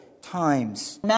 times